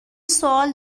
سوال